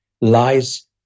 lies